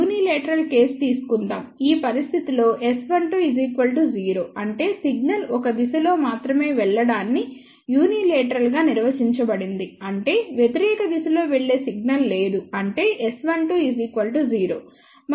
unilateral కేసును తీసుకుందాం ఈ పరిస్థితిలో S12 0 అంటే సిగ్నల్ ఒక దిశలో మాత్రమే వెళ్లడాన్ని యూనీలేటరల్ గా నిర్వచించబడింది అంటే వ్యతిరేక దిశలో వెళ్ళే సిగ్నల్ లేదు అంటే S12 0